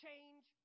Change